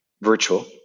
virtual